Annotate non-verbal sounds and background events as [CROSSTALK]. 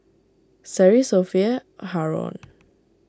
Seri Sofea Haron [NOISE]